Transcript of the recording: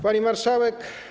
Pani Marszałek!